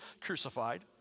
crucified